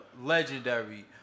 legendary